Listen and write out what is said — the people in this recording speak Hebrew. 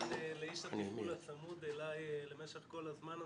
כמובן לאיש התפעול הצמוד אלי למשך כל הזמן הזה,